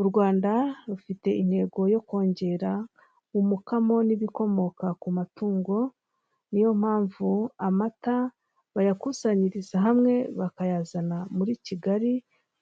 U Rwanda rufite intego yo kongera umukamo n'ibikomoka ku matungo, niyo mpamvu amata bayakusanyiriza hamwe, bakayazana muri kigali